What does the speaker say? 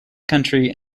country